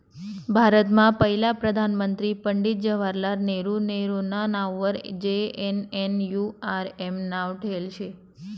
भारतमा पहिला प्रधानमंत्री पंडित जवाहरलाल नेहरू नेहरूना नाववर जे.एन.एन.यू.आर.एम नाव ठेयेल शे